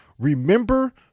Remember